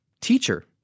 teacher